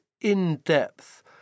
in-depth